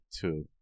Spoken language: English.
two